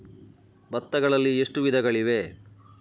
ಭತ್ತಗಳಲ್ಲಿ ಎಷ್ಟು ವಿಧಗಳಿವೆ?